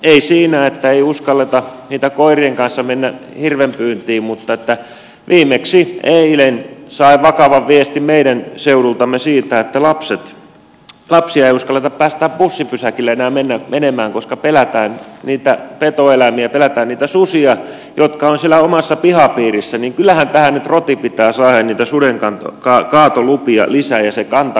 ei siinä että ei uskalleta koirien kanssa mennä hirvenpyyntiin mutta viimeksi eilen sain vakavan viestin meidän seudultamme siitä että lapsia ei uskalleta päästää bussipysäkille enää menemään koska pelätään niitä petoeläimiä pelätään niitä susia jotka ovat siellä omassa pihapiirissä niin kyllähän tähän nyt roti pitää saada ja niitä sudenkaatolupia lisää ja se kanta kuriin